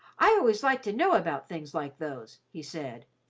i always like to know about things like those, he said,